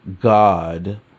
God